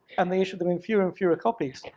and they issue them in fewer and fewer copies,